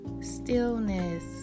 stillness